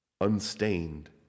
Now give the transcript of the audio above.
unstained